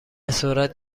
سرعت